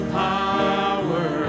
power